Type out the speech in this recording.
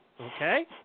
Okay